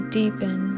deepen